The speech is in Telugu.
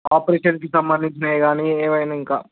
ఆపరేషన్కి సంబంధించినవి కాని ఏవైనింకా